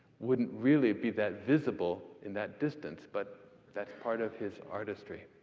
wouldn't really be that visible in that distance, but that's part of his artistry.